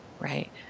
right